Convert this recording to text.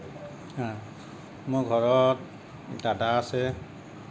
মোৰ ঘৰত দাদা আছে